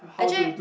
actually